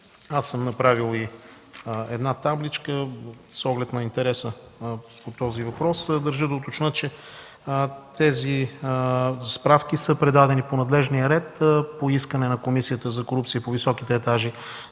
Аз съм направил една табличка с оглед на интереса по този въпрос. Държа да уточня, че тези справки са предадени по надлежния ред по искане на Комисията за корупция по високите етажи